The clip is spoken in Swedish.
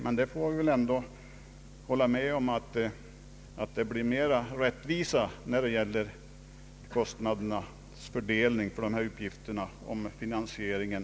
Men vi får väl ändå hålla med om att rättvisan blir större beträffande kostnadsfördelningen, om staten sköter finansieringen.